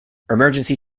emergency